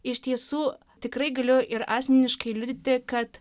iš tiesų tikrai galiu ir asmeniškai liudyti kad